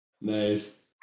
Nice